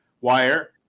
wire